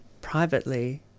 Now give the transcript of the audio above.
privately